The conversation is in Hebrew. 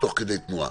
תוך כדי תנועה.